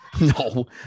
No